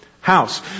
house